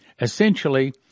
Essentially